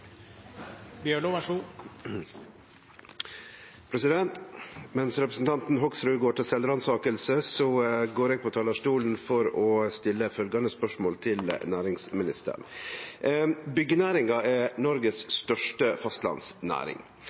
i spesialisering. Så her vil jeg oppfordre representanten til noe selvransakelse. Mens representanten Hoksrud går til sjølvransaking, går eg på talarstolen for å stille følgjande spørsmål til næringsministeren: «Byggenæringa er Noregs største fastlandsnæring.